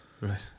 Right